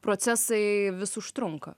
procesai vis užtrunka